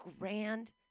grand